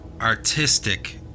artistic